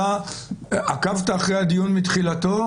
שעקבת אחרי הדיון מתחילתו